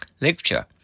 Lecture